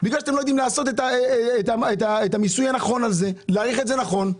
בגלל שאתם לא יודעים לעשות את המיסוי הנכון הזה ולהעריך את זה נכון.